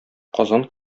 казан